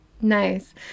Nice